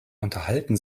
unterhalten